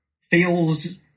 feels